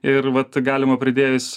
ir vat galima pridėjus